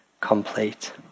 complete